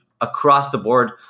across-the-board